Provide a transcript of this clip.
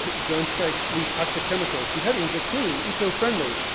drone strikes leave toxic chemicals. beheadings are clean and eco-friendly.